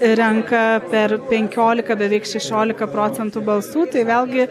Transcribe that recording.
renka per penkiolika beveik šešiolika procentų balsų tai vėlgi